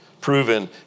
proven